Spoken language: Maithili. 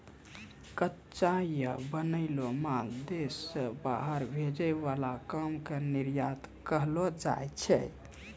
कच्चा या बनैलो माल देश से बाहर भेजे वाला काम के निर्यात कहलो जाय छै